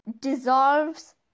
dissolves